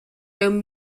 mewn